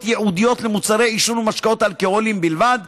ייעודיות למוצרי עישון ומשקאות אלכוהוליים בלבד,